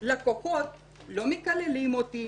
לקוחות לא מקללים אותי,